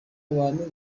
abantu